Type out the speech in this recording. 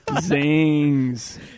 Zings